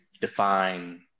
define